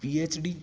P H D